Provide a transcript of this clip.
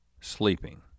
sleeping